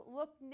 look